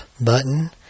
button